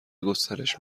گسترش